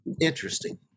Interesting